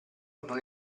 non